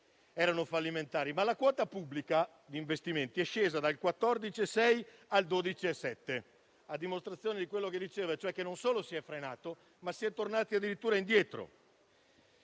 erano fallimentari. La quota pubblica di investimenti però è scesa dal 14,6 al 12,7 per cento, a dimostrazione di quello che dicevo, cioè che non solo si è frenato, ma si è tornati addirittura indietro.